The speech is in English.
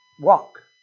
Walk